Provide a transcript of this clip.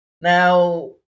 Now